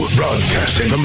broadcasting